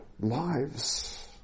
lives